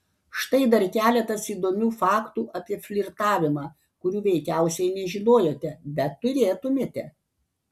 štai dar keletas įdomių faktų apie flirtavimą kurių veikiausiai nežinojote bet turėtumėte